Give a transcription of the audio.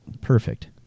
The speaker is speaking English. Perfect